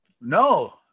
No